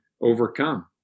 overcome